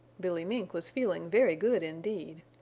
billy mink was feeling very good indeed.